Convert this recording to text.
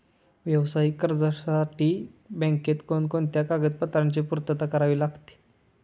व्यावसायिक कर्जासाठी बँकेत कोणकोणत्या कागदपत्रांची पूर्तता करावी लागते?